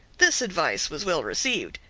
this advice was well received,